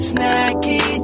Snacky